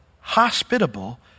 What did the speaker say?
hospitable